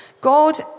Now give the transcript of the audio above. God